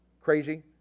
crazy